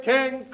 King